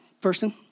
person